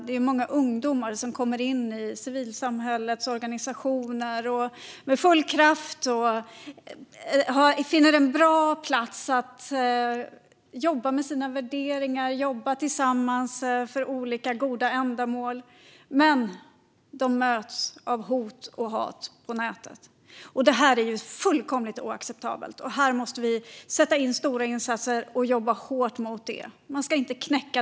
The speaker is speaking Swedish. Det är många ungdomar som kommer in i civilsamhällets organisationer med full kraft och finner en bra plats att jobba med sina värderingar och jobba tillsammans för olika goda ändamål. Men så möts de av hot och hat på nätet. Det här är fullkomligt oacceptabelt. Vi måste sätta in stora insatser och jobba hårt mot det.